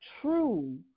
true